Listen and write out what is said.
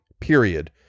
period